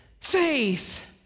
faith